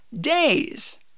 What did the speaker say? days